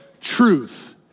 truth